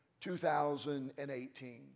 2018